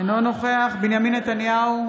אינו נוכח בנימין נתניהו,